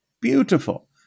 beautiful